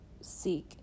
seek